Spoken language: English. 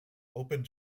opened